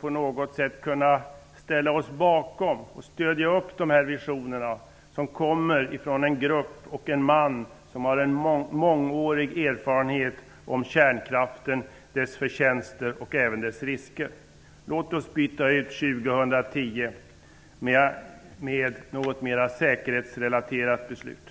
på något sätt kunna ställa oss bakom och stödja de visioner som kommer från en grupp och en man som har mångårig erfarenhet av kärnkraften, dess förtjänster och även dess risker. Låt oss byta ut 2010 mot något mer säkerhetsrelaterat beslut.